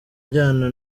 ajyana